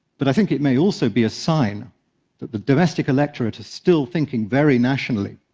but i think it may also be a sign that the domestic electorate is still thinking very nationally.